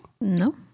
No